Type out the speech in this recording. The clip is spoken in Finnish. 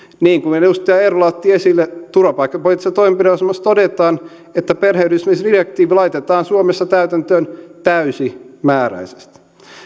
niin kuin edustaja eerola otti esille turvapaikkapoliittisessa toimenpideohjelmassa todetaan että perheenyhdistämisdirektiivi laitetaan suomessa täytäntöön täysimääräisesti